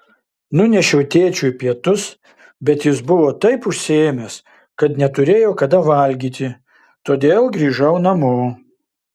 nunešiau tėčiui pietus bet jis buvo taip užsiėmęs kad neturėjo kada valgyti todėl grįžau namo